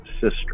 sister